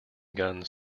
guns